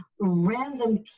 random